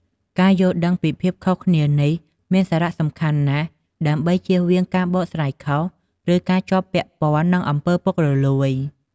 ការយល់ដឹងពីភាពខុសគ្នានេះមានសារៈសំខាន់ណាស់ ដើម្បីជៀសវាងការបកស្រាយខុស ឬការជាប់ពាក់ព័ន្ធនឹងអំពើពុករលួយ។